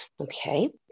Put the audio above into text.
okay